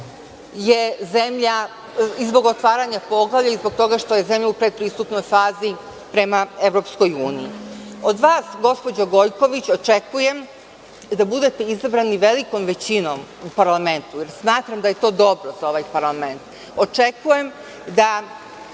zakona i zbog otvaranja poglavlja i zbog toga što je zemlja u pretpristupnoj fazi prema EU.Od vas, gospođo Gojković, očekujem da budete izabrani velikom većinom u parlamentu, jer smatram da je to dobro za ovaj parlament. Očekujem da